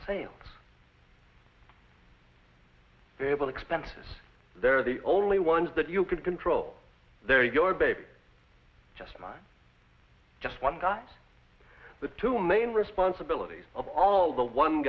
sales able to expand this they're the only ones that you can control they're your baby just not just one guy the two main responsibilities of all the one